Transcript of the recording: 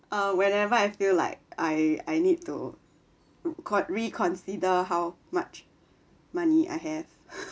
uh whenever I feel like I I need to con~ reconsider how much money I have